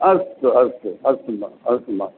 अस्तु अस्तु